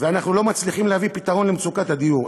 ואנחנו לא מצליחים להביא פתרון למצוקת הדיור?